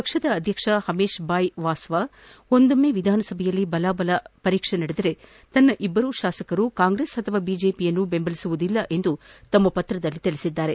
ಪಕ್ಷದ ಅಧ್ಯಕ್ಷ ಹಮೇಶ್ ಬಾಯ್ ವಾಸವಾ ಒಂದೊಮ್ಮೆ ವಿಧಾನಸಭೆಯಳ್ಲಿ ಬಲಾಬಲ ನಡೆದರೆ ತನ್ನ ಇಬ್ಬರೂ ಶಾಸಕರು ಕಾಂಗ್ರೆಸ್ ಅಥವಾ ಬಿಜೆಪಿಯನ್ನು ಬೆಂಬಲಿಸುವುದಿಲ್ಲ ಎಂದು ತಮ್ಮ ಪತ್ರದಲ್ಲಿ ತಿಳಿಸಿದ್ದಾರೆ